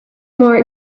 more